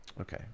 Okay